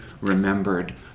remembered